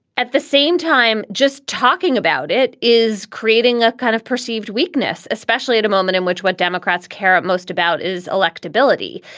at the same time, just talking about it is creating a kind of perceived weakness, especially at a moment in which what democrats care most about is electability.